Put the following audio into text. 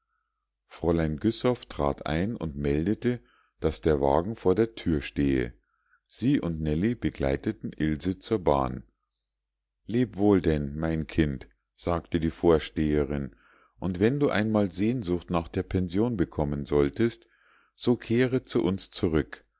fräulein güssow trat ein und meldete daß der wagen vor der thüre stehe sie und nellie begleiteten ilse zur bahn leb wohl denn mein kind sagte die vorsteherin und wenn du einmal sehnsucht nach der pension bekommen solltest so kehre zu uns zurück